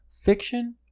fiction